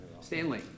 Stanley